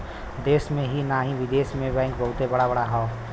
देश में ही नाही बिदेशो मे बैंक बहुते बड़ा बड़ा हौ